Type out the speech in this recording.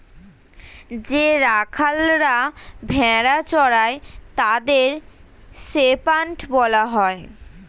যে রাখালরা ভেড়া চড়ায় তাদের শেপার্ড বলা হয়